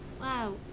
Wow